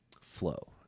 Flow